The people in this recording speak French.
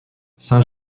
saint